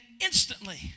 instantly